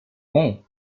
hey